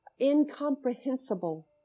incomprehensible